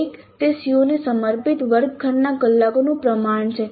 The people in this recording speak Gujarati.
એક તે CO ને સમર્પિત વર્ગખંડના કલાકોનું પ્રમાણ છે